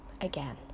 again